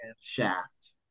shaft